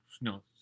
no